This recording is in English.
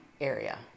area